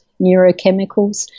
neurochemicals